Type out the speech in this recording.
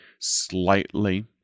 slightly